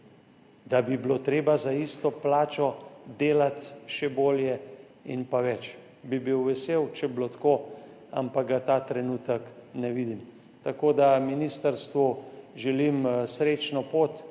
da bi bilo treba za isto plačo delati še bolje in več? Vesel bi bil, če bi bilo tako, ampak ga ta trenutek ne vidim. Ministrstvu želim srečno pot